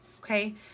Okay